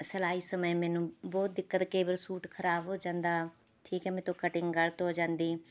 ਸਿਲਾਈ ਸਮੇਂ ਮੈਨੂੰ ਬਹੁਤ ਦਿੱਕਤ ਕਈ ਵਾਰ ਸੂਟ ਖਰਾਬ ਹੋ ਜਾਂਦਾ ਠੀਕ ਹੈ ਮੇਰੇ ਤੋਂ ਕਟਿੰਗ ਗਲਤ ਹੋ ਜਾਂਦੀ